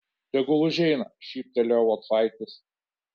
tegul užeina šyptelėjo locaitis